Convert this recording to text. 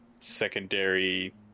Secondary